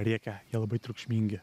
rėkia jie labai triukšmingi